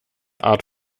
art